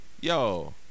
yo